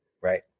Right